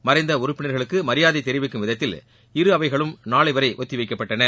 மறைந்த உறுப்பினர்களுக்கு மரிபாதை தெரிவிக்கும் விதத்தில் இரு அவைகளும் நாளை வரை ஒத்திவைக்கப்பட்டன